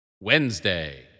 Wednesday